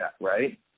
right